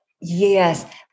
Yes